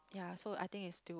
yeah so I think it's still